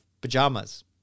pajamas